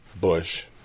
Bush